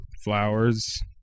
Flowers